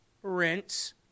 Rinse